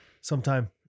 sometime